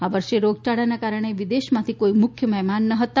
આ વર્ષે રોગયાળાને કારણે વિદેશમાંથી કોઈ મુખ્ય મહેમાન ન હતા